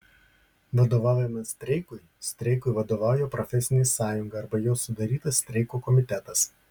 vadovavimas streikui streikui vadovauja profesinė sąjunga arba jos sudarytas streiko komitetas